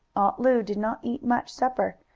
lu did not eat much supper,